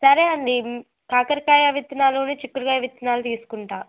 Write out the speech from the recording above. సరే అండీ కాకరకాయ విత్తనాలనీ చిక్కుడుకాయ విత్తనాలు తీసుకుంటాను